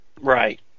Right